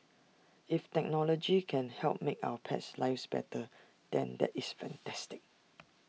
if technology can help make our pets lives better than that is fantastic